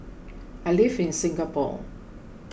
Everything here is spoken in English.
I live in Singapore